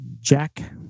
Jack